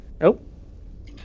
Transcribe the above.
Nope